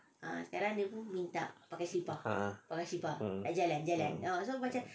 ah